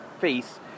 face